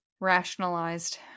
rationalized